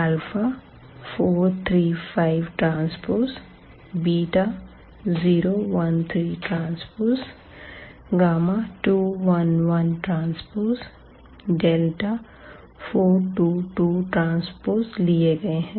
α435Tβ013Tγ211Tδ422Tलिए गए हैं